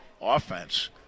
offense